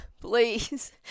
please